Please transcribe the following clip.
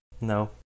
No